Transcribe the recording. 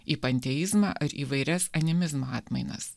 į panteizmą ar įvairias animizmo atmainas